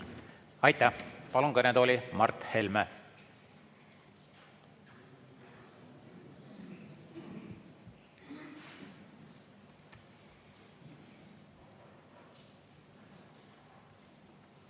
Aitäh! Palun kõnetooli Mart Helme.